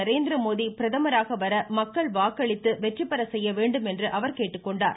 நரேந்திரமோடி பிரதமராக வர மக்கள் வாக்களித்து வெற்றி பெற செய்ய வேண்டும் என்று அவர் கேட்டுக்கொண்டார்